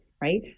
Right